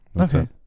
okay